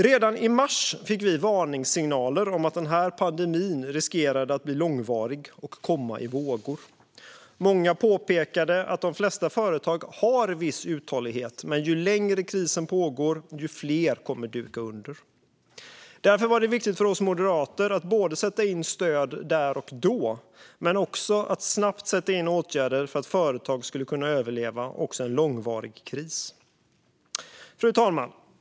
Redan i mars fick vi varningssignaler om att den här pandemin riskerade att bli långvarig och komma i vågor. Många påpekade att de flesta företag har viss uthållighet men att ju längre krisen pågår, desto fler kommer att duka under. Därför var det viktigt för oss moderater både att sätta in stöd där och då och att snabbt sätta in åtgärder för att företag skulle kunna överleva också en långvarig kris. Fru talman!